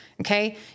Okay